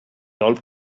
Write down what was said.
old